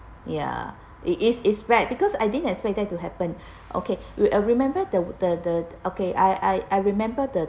ya it is is bad because I didn't expect that to happen okay uh remember the the the okay I I I remember the